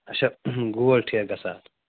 اَچھا گول ٹھیکہٕ گژھان اَتھ